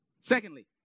Secondly